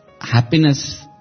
happiness